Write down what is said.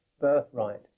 birthright